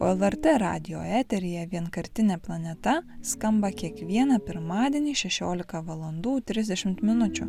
o lrt radijo eteryje vienkartinė planeta skamba kiekvieną pirmadienį šešiolika valandų trisdešimt minučių